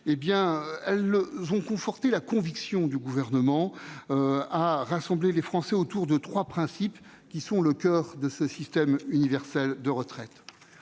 elles ont conforté la conviction du Gouvernement de rassembler les Français autour de trois principes qui constituent le coeur du système universel de retraite.